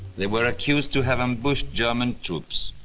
they were accused to have ambushed german troops.